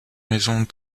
maison